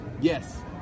yes